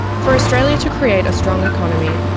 for australia to create a strong economy,